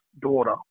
daughter